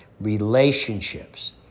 Relationships